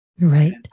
right